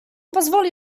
pozwoli